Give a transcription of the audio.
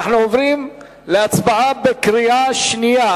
אנחנו עוברים להצבעה בקריאה שנייה.